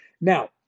Now